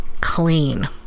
clean